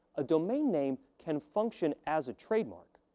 a domain name can function as a trademark,